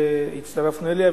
הצטרפנו אליה.